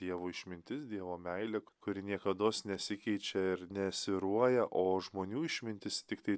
dievo išmintis dievo meilė kuri niekados nesikeičia ir nesvyruoja o žmonių išmintis tiktai